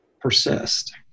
persist